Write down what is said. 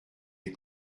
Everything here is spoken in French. les